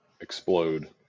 explode